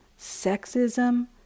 sexism